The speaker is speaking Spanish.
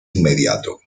inmediato